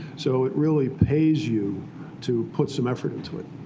so it really pays you to put some effort into it.